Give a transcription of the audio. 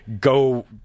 go